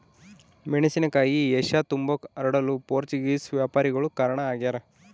ಮೆಣಸಿನಕಾಯಿ ಏಷ್ಯತುಂಬಾ ಹರಡಲು ಪೋರ್ಚುಗೀಸ್ ವ್ಯಾಪಾರಿಗಳು ಕಾರಣ ಆಗ್ಯಾರ